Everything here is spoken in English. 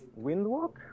Windwalk